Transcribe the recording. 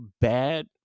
bad